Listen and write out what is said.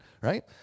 Right